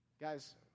Guys